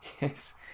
Yes